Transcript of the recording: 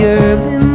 early